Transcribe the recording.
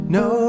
no